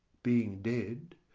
being dead,